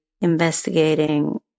investigating